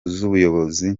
z’ubuyobozi